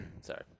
sorry